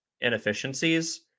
inefficiencies